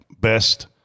Best